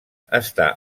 està